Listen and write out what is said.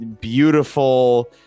beautiful